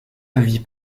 levis